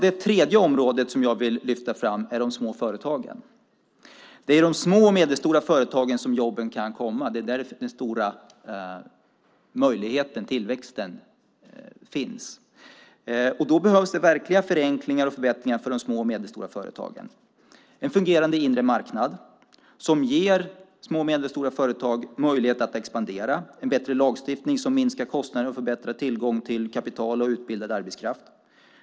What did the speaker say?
Det tredje området som jag vill lyfta fram gäller de små företagen. Det är i de små och medelstora företagen som jobben kan komma. Det är där de stora möjligheterna till tillväxt finns. Därför behövs det verkliga förenklingar och förbättringar för de små och medelstora företagen. Det behövs en fungerande inre marknad som ger små och medelstora företag möjlighet att expandera, samt en bättre lagstiftning som minskar kostnaderna och förbättrar tillgången till kapital och utbildad arbetskraft.